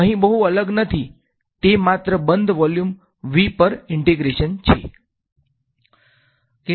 અહીં બહુ અલગ નથી તે માત્ર બંધ વોલ્યુમ V પર ઈંટેગ્રેશન છે